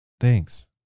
Thanks